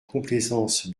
complaisance